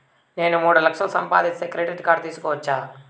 నేను మూడు లక్షలు సంపాదిస్తే క్రెడిట్ కార్డు తీసుకోవచ్చా?